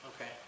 Okay